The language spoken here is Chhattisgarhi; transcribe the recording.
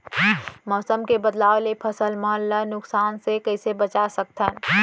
मौसम के बदलाव ले फसल मन ला नुकसान से कइसे बचा सकथन?